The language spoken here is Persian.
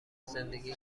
زندگی